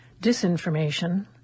disinformation